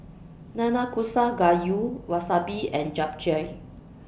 Nanakusa Gayu Wasabi and Japchae